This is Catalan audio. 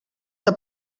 que